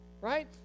right